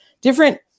different